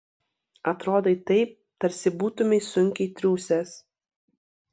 atrodai taip tarsi būtumei sunkiai triūsęs